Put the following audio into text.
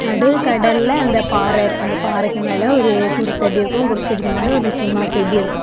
நடுக்கடல்ல அந்த பாறை இருக்கும் அந்த பாறைக்கு மேலே ஒரு குருசடி இருக்கும் குருசடிக்கு மேலே ஒரு சின்ன கெபி இருக்கும்